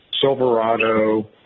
Silverado